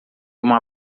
uma